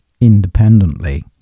independently